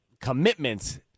commitments